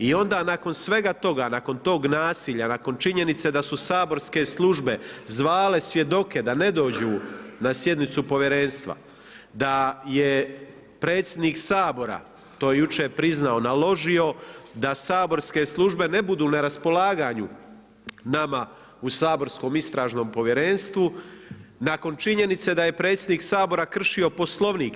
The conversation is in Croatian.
I onda nakon svega toga, nakon toga nasilja, nakon činjenice da su saborske službe zvale svjedoke da ne dođu na sjednicu povjerenstva, da je predsjednik Sabora, to je jučer priznao, naložio da saborske službe ne budu na raspolaganju nama u saborskom Istražnom povjerenstvo, nakon činjenice da je predsjednik Sabora kršio Poslovnik.